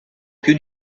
più